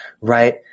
right